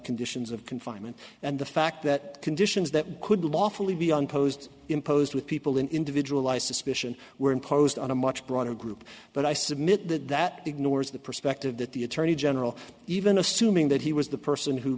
conditions of confinement and the fact that conditions that could lawfully be unposed imposed with people in individual i suspicion were imposed on a much broader group but i submit that that ignores the perspective that the attorney general even assuming that he was the person who